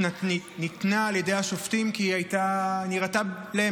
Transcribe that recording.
ניתנה על ידי השופטים כי היא נראתה להם